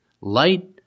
Light